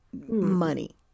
money